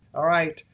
all right,